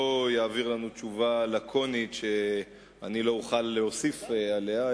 לא יעביר לנו תשובה לקונית שאני לא אוכל להוסיף עליה,